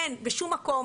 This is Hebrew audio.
אין בשום מקום.